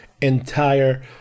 entire